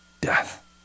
death